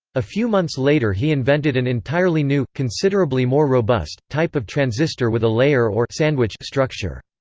a few months later he invented an entirely new, considerably more robust, type of transistor with a layer or sandwich structure.